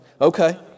Okay